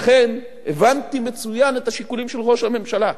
לכן, הבנתי מצוין את השיקולים של ראש הממשלה.